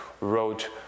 wrote